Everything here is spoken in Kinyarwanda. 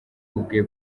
ubwe